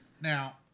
Now